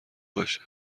باشه